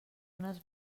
unes